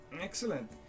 Excellent